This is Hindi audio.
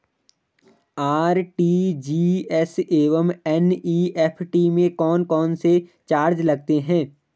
आर.टी.जी.एस एवं एन.ई.एफ.टी में कौन कौनसे चार्ज लगते हैं?